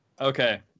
Okay